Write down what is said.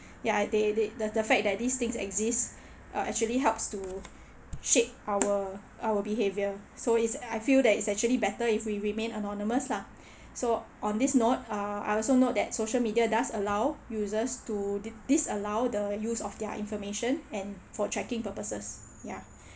ya they they the fact that this thing exist uh actually helps to shape our our behaviour so it's I feel that it's actually better if we remain anonymous lah so on this note uh I also note that social media does allow users to di~ disallow the use of their information and for tracking purposes ya